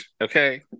okay